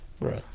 Right